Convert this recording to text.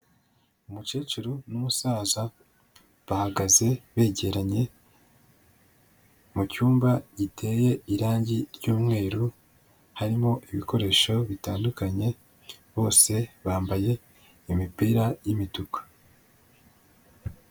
Umukecuru n'umusaza bahagaze begeranye mu cyumba giteye irangi ry'umweru harimo ibikoresho bitandukanye, bose bambaye imipira y'imituku.